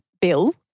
bill